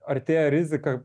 artėja rizika